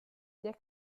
der